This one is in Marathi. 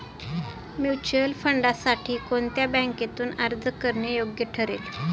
म्युच्युअल फंडांसाठी कोणत्या बँकेतून अर्ज करणे योग्य ठरेल?